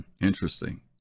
Interesting